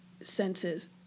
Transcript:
senses